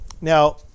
Now